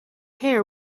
hair